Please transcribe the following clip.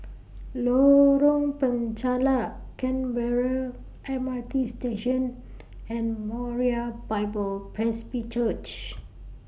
Lorong Penchalak Canberra M R T Station and Moriah Bible Presby Church